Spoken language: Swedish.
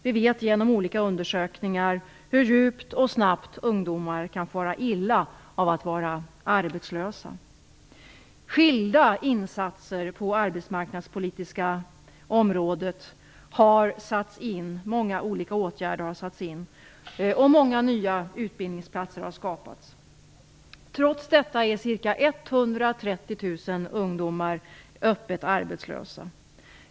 Vi vet genom olika undersökningar hur djupt och snabbt ungdomar kan fara illa av att vara arbetslösa. Skilda åtgärder på det arbetsmarknadspolitiska området har satts in, och många nya utbildningsplatser har skapats. Trots detta är ca 130 000 ungdomar öppet arbetslösa.